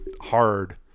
hard